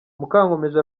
mukankomeje